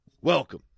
Welcome